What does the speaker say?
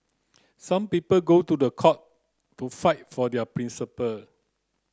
some people go to the court to fight for their principle